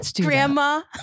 grandma